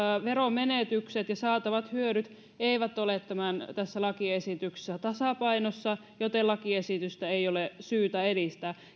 veromenetykset ja saatavat hyödyt eivät ole tässä lakiesityksessä tasapainossa joten lakiesitystä ei ole syytä edistää